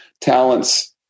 talents